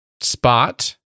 Spot